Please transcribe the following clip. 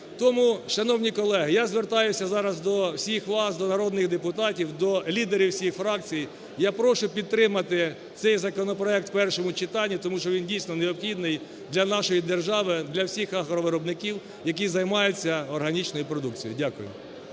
Тому, шановні колеги, я звертаюся зараз до всіх вас: до народних депутатів, до лідерів усіх фракцій, я прошу підтримати цей законопроект у першому читанні, тому що він дійсно необхідний для нашої держави, для всіх агровиробників, які займаються органічною продукцією. Дякую.